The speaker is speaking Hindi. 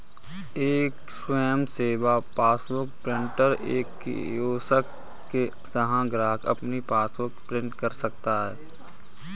एक स्वयं सेवा पासबुक प्रिंटर एक कियोस्क है जहां ग्राहक अपनी पासबुक प्रिंट कर सकता है